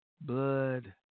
blood